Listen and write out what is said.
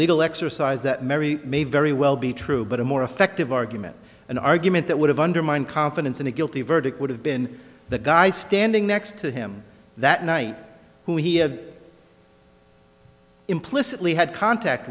legal exercise that memory may very well be true but a more effective argument an argument that would have undermined confidence and a guilty verdict would have been the guy standing next to him that night who he had implicitly had contact